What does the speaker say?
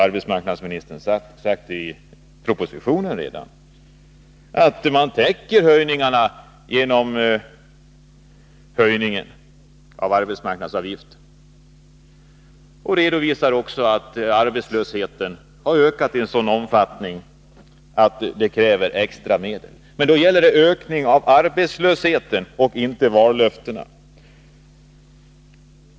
Arbetsmarknadsministern har redan i propositionen sagt att man täcker höjningarna genom höjningen av arbetsgivaravgiften. Han redovisar också att arbetslösheten ökat i en sådan omfattning att det krävs extra medel. Men då gäller det insatser för att täcka kostnader som beror på en ökning av arbetslösheten och inte att uppfylla vallöften.